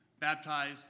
baptized